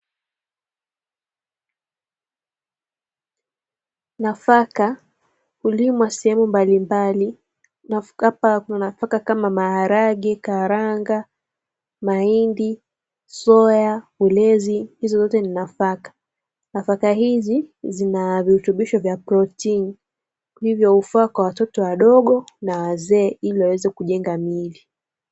Nafaka hulimwa sehemu mbalimbali na kuna nafaka kama maharage, karanga, mahindi, soya, ulezi hizo zote ni nafaka. Nafaka hizi zinavirutubisho vingi vya protini hivyo hufaa kwa watoto na wazee ili waweze kujenga miili.